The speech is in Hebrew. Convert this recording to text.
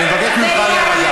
אני מבקש ממך להירגע.